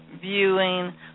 viewing